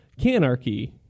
Canarchy